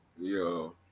Yo